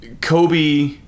Kobe